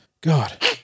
God